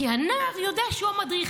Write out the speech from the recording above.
כי הנער יודע שהוא המדריך.